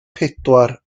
pedwar